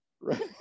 right